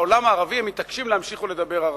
בעולם הערבי מתעקשים להמשיך ולדבר ערבית.